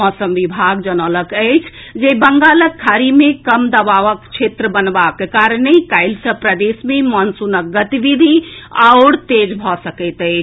मौसम विभाग जनौलक अछि जे बंगालक खाड़ी मे कम दबावक क्षेत्र बनबाक कारणे काल्हि सँ प्रदेश मे मॉनसूनक गतिविधि आओर तेज भऽ सकैत अछि